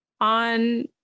on